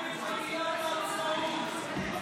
הקואליציה נגד מגילת העצמאות.